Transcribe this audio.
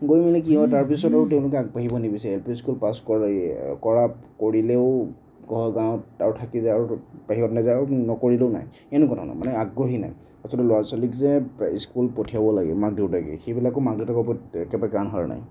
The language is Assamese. তাৰপিছতো তেওঁলোকে আগবাঢ়িব নিবিচাৰে এল পি স্কুল পাছ কৰি কৰা কৰিলেও গাঁৱত আৰু থাকি যায় আৰু বাহিৰত নাযায় আৰু নকৰিলেও নাই এনেকুৱা ধৰণৰ মানে আগ্ৰহেই নাই আচলতে ল'ৰা ছোৱালীক যে স্কুল পঠিয়াব লাগে মাকদেউতাকে সেইবিলাকো মাক দেউতাকৰ ওপৰত একেবাৰে হোৱা নাই